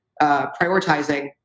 prioritizing